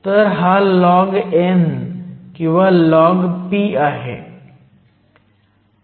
तर हा log n किंवा लॉग p आहे